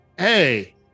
Hey